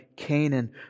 Canaan